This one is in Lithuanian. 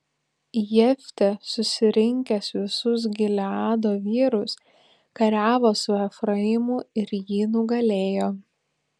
jeftė surinkęs visus gileado vyrus kariavo su efraimu ir jį nugalėjo